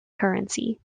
currency